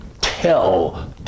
Tell